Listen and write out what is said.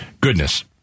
goodness